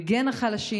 מגן החלשים.